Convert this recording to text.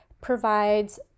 provides